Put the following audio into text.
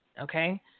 Okay